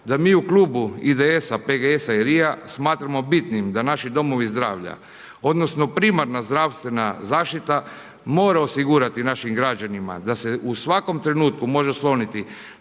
da mi u Klubu IDS-a, PGS-a i RIA smatramo bitnim da naši domovi zdravlja odnosno primarna zdravstvena zaštita mora osigurati našim građanima da se u svakom trenutku može osloniti